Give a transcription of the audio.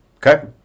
Okay